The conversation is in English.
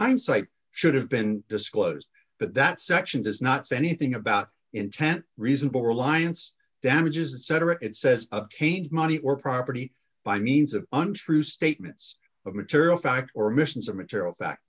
hindsight should have been disclosed but that section does not say anything about intent reasonable reliance damages separate says obtained money or property by means of untrue statements of material fact or missions of